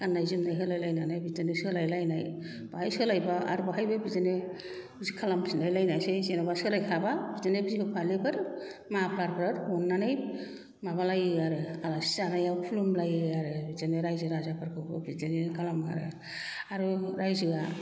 गान्नाय जोमनाय होलायलायनानै बिदिनो सोलाय लायनाय बेहाय सोलायबा आरो बेहायबो बिदिनो खालाम फिनलायनोसै जेन'बा सोलाय खाबा बिदिनो बिहु फालिफोर माफ्लारफोर अन्नानै माबालायो आरो आलासि जानायाव खुलुमलायो आरो बिदिनो रायजो राजाफोरखौबो बिदिनो खालामो आरो आरो रायजोया